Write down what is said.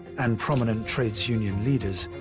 and prominent trades union leaders,